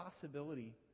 possibility